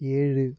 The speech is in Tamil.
ஏழு